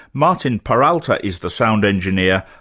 martin paralta is the sound engineer,